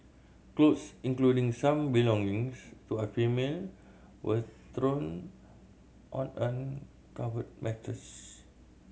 clothes including some belongings to a female were strewn on uncovered matters